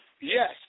Yes